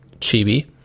chibi